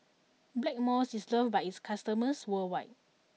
Blackmores is loved by its customers worldwide